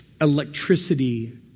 electricity